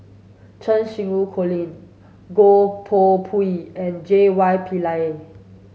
Cheng Xinru Colin Goh Koh Pui and J Y Pillay